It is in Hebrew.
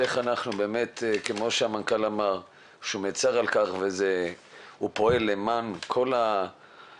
איך אנחנו כמו שהמנכ"ל אמר שהוא מצר על כך והוא פועל למען כל השכבות,